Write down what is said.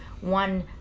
one